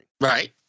Right